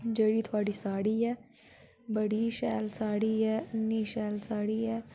जेह्ड़ी थोआढ़ी साड़ी ऐ बड़ी शैल साड़ी ऐ इन्नी शैल साड़ी ऐ